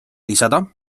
lisada